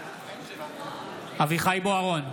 בעד אביחי אברהם בוארון,